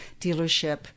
dealership